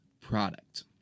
product